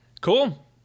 Cool